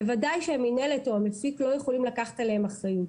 בוודאי שהמינהלת או המפיק לא יכולים לקחת עליהם אחריות.